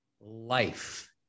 life